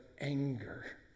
anger